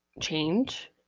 change